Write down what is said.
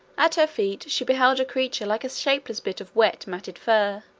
at her feet she beheld a creature like a shapeless bit of wet matted fur.